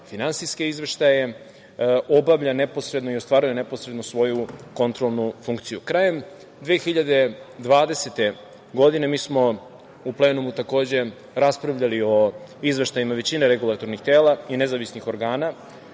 finansijske izveštaje obavlja neposredno i ostvaruje neposredno svoju kontrolnu funkciju. Krajem 2020. godine mi smo u plenumu takođe raspravljali o izveštajima većine regulatornih tela i nezavisnih organa